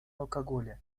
алкоголя